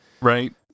Right